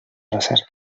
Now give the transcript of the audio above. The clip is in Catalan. recerca